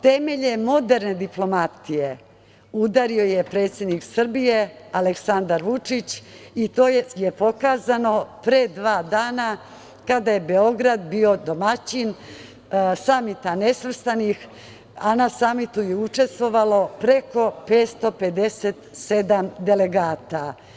Temelje moderne diplomatije udario je predsednik Srbije Aleksandar Vučić i to je pokazano pre dva dana, kada je Beograd bio domaćin Samita nesvrstanih, a na samitu je učestvovalo preko 557 delegata.